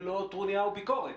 טרוניה או ביקורת,